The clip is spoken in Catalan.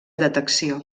detecció